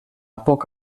poc